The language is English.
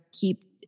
keep